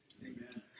Amen